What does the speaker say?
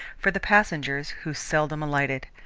for the passengers who seldom alighted.